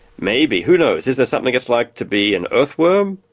maybe, who knows, is there something it's like to be an earthworm?